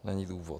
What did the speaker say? Není důvod.